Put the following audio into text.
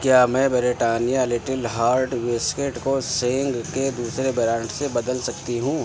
کیا میں Britannia little heart biscuit کو سینگ کے دوسرے برانڈ سے بدل سکتی ہوں